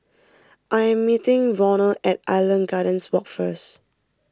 I am meeting Ronald at Island Gardens Walk first